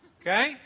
Okay